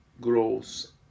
grows